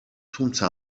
თუმცა